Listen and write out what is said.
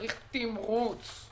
צריך תמרוץ.